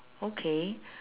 okay